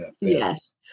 Yes